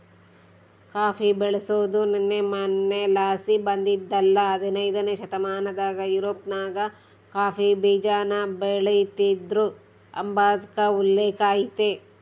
coffee ಬೆಳ್ಸಾದು ನಿನ್ನೆ ಮನ್ನೆಲಾಸಿ ಬಂದಿದ್ದಲ್ಲ ಹದನೈದ್ನೆ ಶತಮಾನದಾಗ ಯುರೋಪ್ನಾಗ ಕಾಫಿ ಬೀಜಾನ ಬೆಳಿತೀದ್ರು ಅಂಬಾದ್ಕ ಉಲ್ಲೇಕ ಐತೆ